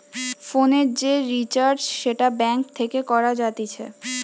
ফোনের যে রিচার্জ সেটা ব্যাঙ্ক থেকে করা যাতিছে